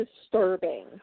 disturbing